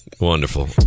Wonderful